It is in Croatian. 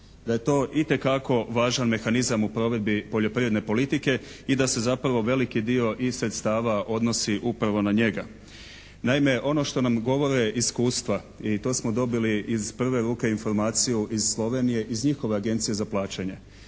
da je to itekako važan mehanizam u provedbi poljoprivredne politike i da se zapravo veliki dio tih sredstava odnosi upravo na njega. Naime, ono što nam govore iskustva i to smo dobili iz prve ruke informaciju iz Slovenije iz njihove agencije za plaćanje.